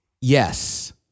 Yes